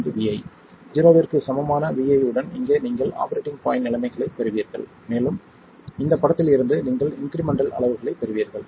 8 vi ஜீரோவிற்கு சமமான vi உடன் இங்கே நீங்கள் ஆபரேட்டிங் பாய்ண்ட் நிலைமைகளைப் பெறுவீர்கள் மேலும் இந்தப் படத்தில் இருந்து நீங்கள் இன்க்ரிமெண்ட்டல் அளவுகளைப் பெறுவீர்கள்